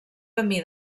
camí